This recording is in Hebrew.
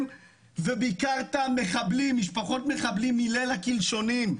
וביקרת משפחות מחבלים מליל הקלשונים.